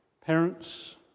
Parents